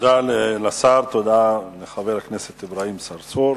תודה לשר, תודה לחבר הכנסת אברהים צרצור.